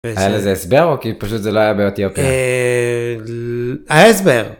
איזה סבר או כי פשוט זה לא היה באותי אוקיי.